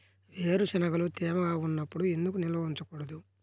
వేరుశనగలు తేమగా ఉన్నప్పుడు ఎందుకు నిల్వ ఉంచకూడదు?